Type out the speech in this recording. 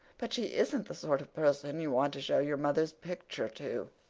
but she isn't the sort of person you want to show your mother's picture to.